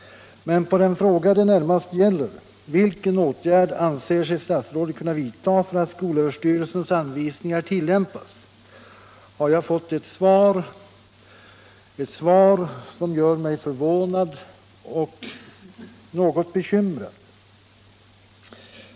Men på den fråga det närmast gäller —- Vilken åtgärd anser sig statsrådet kunna vidta för att skolöverstyrelsens anvisningar tillämpas? — har jag fått ett svar som gör mig förvånad och något bekymrad.